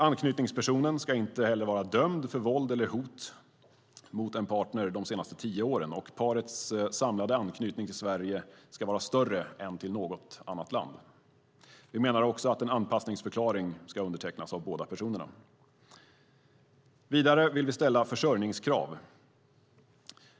Anknytningspersonen ska inte heller vara dömd för våld eller hot mot en partner de senaste tio åren, och parets samlade anknytning till Sverige ska vara större än till något annat land. Vi menar också att en anpassningsförklaring ska undertecknas av båda personerna. Vidare vill vi ställa försörjningskrav.